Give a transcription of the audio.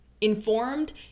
informed